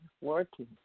working